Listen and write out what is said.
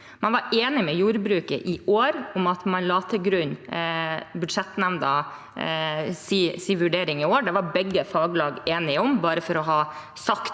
Man var enig med jordbruket i år om at man la til grunn budsjettnemndas vurdering i år. Det var begge faglag enige om, bare for å ha sagt